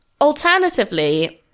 Alternatively